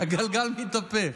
הגלגל מתהפך.